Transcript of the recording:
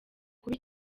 kuba